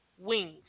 wings